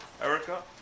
Erica